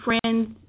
friends